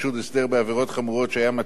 חמורות שהיה מתאים להעמידו לדין בגינן,